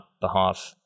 behalf